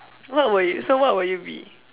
what will you so what will you be